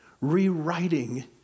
rewriting